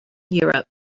europe